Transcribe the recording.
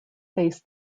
faced